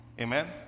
amen